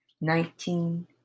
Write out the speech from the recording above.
nineteen